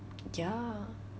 ya